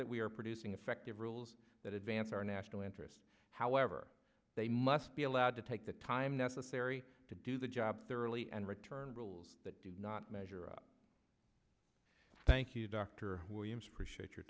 that we are producing effective rules that advance our national interests however they must be allowed to take the time necessary to do the job thoroughly and return rules that did not measure up thank you dr williams for shit your